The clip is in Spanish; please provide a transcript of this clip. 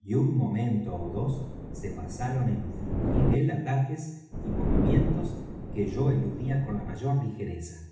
y un momento ó dos se pasaron en fingir él ataques y movimientos que yo eludía con la mayor ligereza